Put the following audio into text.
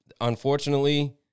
unfortunately